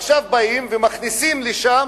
עכשיו באים ומכניסים לשם